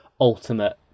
ultimate